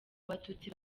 abatutsi